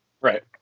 Right